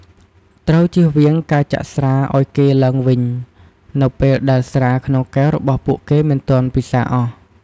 ត្រូវជៀសវាងការចាក់ស្រាឲ្យគេឡើងវិញ នៅពេលដែលស្រាក្នុងកែវរបស់ពួកគេមិនទាន់ពិសារអស់។